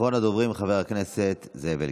אחרון הדוברים, חבר הכנסת זאב אלקין.